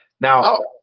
Now